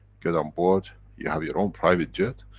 get on board, you have your own private jet,